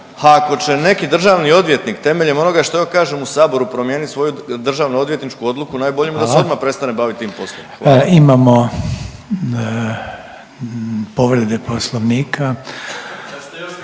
ako će neki državni odvjetnik temeljem onoga što ja kažem u Saboru promijeniti svoju državnoodvjetničku odluku, najbolje mu je da se .../Upadica: Hvala./... odmah prestane